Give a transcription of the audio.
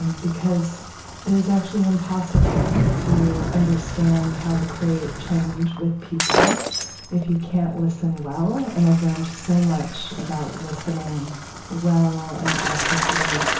and because it is actually impossible to understand how to create change with people if you can't listen well. and i've learned so much about listening well and actively,